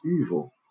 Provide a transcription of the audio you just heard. evil